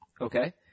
Okay